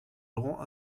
aurons